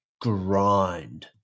grind